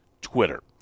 Twitter